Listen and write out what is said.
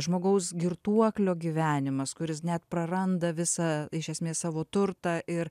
žmogaus girtuoklio gyvenimas kuris net praranda visą iš esmės savo turtą ir